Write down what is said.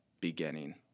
beginning